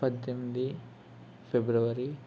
పద్దెనిమిది ఫిబ్రవరి